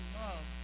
love